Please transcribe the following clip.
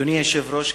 אדוני היושב-ראש,